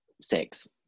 six